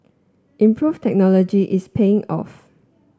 improved technology is paying off